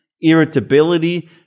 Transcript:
irritability